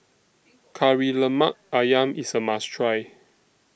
Kari Lemak Ayam IS A must Try